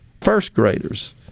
First-graders